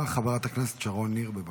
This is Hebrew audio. חברת הכנסת שרון ניר, בבקשה.